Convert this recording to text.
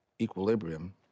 equilibrium